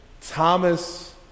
Thomas